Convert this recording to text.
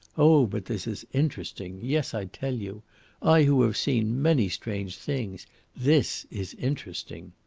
oh, but this is interesting yes, i tell you i, who have seen many strange things this is interesting.